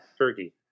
Fergie